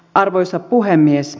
arvoisa puhemies